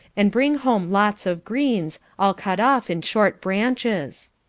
and bring home lots of greens, all cut off in short branches.